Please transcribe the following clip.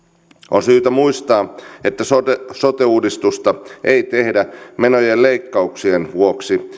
on syytä muistaa että sote sote uudistusta ei tehdä menojen leikkauksien vuoksi